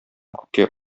күккә